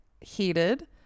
heated